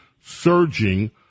surging